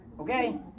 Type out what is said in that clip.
okay